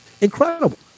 incredible